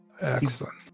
Excellent